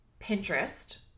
Pinterest